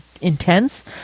intense